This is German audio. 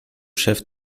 chef